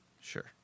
Sure